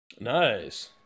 Nice